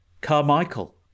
Carmichael